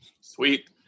Sweet